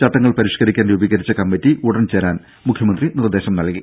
ചട്ടങ്ങൾ പരിഷ്കരിക്കാൻ രൂപീകരിച്ച കമ്മിറ്റി ഉടൻ ചേരാൻ മുഖ്യമന്ത്രി നിർദേശം നൽകി